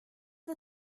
the